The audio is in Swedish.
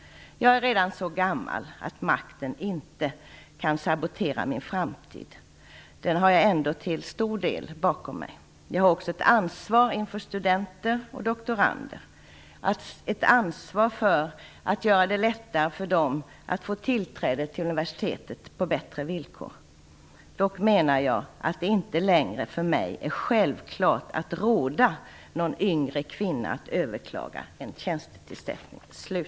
Jag är redan så gammal att makten inte kan sabotera min framtid. Den har jag ändå till stor del bakom mig. Jag har också ett ansvar inför studenter och doktorander, ett ansvar för att göra det lättare för dem att få tillträde till universitetet på bättre villkor. Dock menar jag att det inte längre för mig är självklart att råda någon yngre kvinna att överklaga en tjänstetillsättning.